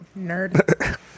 Nerd